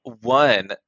one